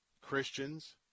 Christians